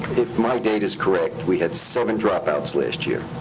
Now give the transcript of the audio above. if my data's correct, we had seven dropouts last year.